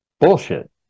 bullshit